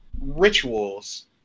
rituals